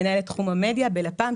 מנהלת תחום המדיה בלפ"ם,